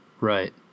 Right